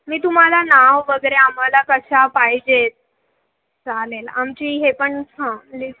मी तुम्हाला नाव वगैरे आम्हाला कशा पाहिजेत चालेल आमची हे पण हां लिस्